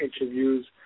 interviews